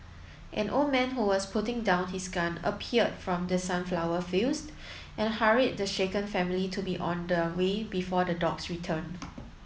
an old man who was putting down his gun appeared from the sunflower fields and hurried the shaken family to be on their way before the dogs return